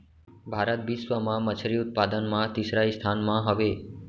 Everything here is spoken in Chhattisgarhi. भारत बिश्व मा मच्छरी उत्पादन मा तीसरा स्थान मा हवे